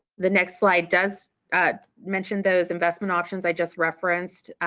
the next slide does mention those investment options i just referenced.